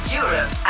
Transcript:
europe